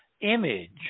image